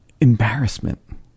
Embarrassment